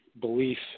belief